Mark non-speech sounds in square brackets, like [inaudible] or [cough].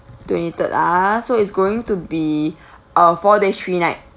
twenty third ah so it's going to be [breath] uh four days three night